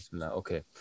Okay